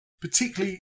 particularly